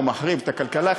או מחריב את הכלכלה,